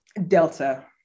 delta